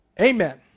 Amen